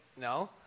no